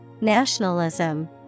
nationalism